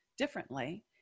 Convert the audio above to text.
differently